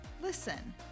listen